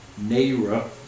Naira